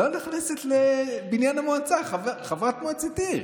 לא נכנסת לבניין המועצה, חברת מועצת עיר.